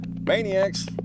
maniacs